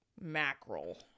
mackerel